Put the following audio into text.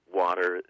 water